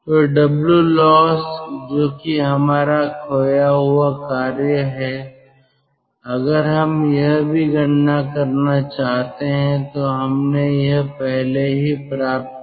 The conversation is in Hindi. तो Wlost जो कि हमारा खोया हुआ कार्य है अगर हम यह भी गणना करना चाहते हैं तो हमने यह पहले ही प्राप्त कर लिया है